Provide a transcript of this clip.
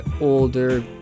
older